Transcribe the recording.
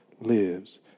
lives